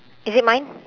is it mine